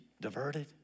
diverted